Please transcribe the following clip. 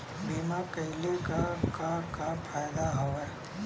बीमा कइले का का फायदा ह?